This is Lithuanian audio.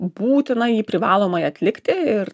būtina jį privalomai atlikti ir